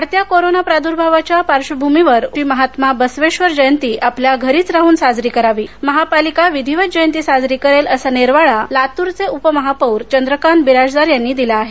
वाढत्या कोरोना प्रादुर्भावाच्या पार्श्वभूमीवर महात्मा बसवेधर जयंती आपल्या घरीच राहून साजरी करावीमहापालिका विधिवत जयंती साजरी करेल असा निर्वाळा लातूरचे उपमहापौर चंद्रकात बिराजदार यांनी दिला आहे